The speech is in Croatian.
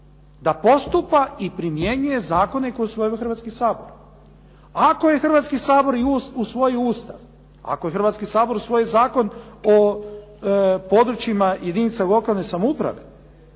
da postupa i primjenjuje zakone koje je usvojio Hrvatski sabor. Ako je Hrvatski sabor usvoji i Ustav, ako je Hrvatski sabor usvojio Zakon o područjima i jedinicama lokalne samouprave,